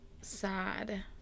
sad